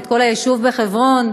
את כל היישוב בחברון,